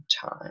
time